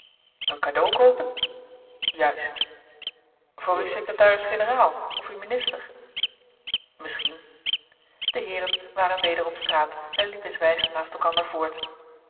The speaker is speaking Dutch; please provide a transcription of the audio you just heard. een cadeau koopen juist voor uw secretaris generaal of uw minister misschien de heeren waren weder op straat en liepen zwijgend naast elkander voort